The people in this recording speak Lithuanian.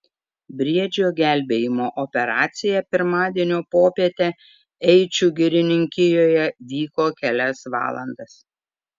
briedžio gelbėjimo operacija pirmadienio popietę eičių girininkijoje vyko kelias valandas